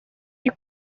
you